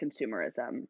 consumerism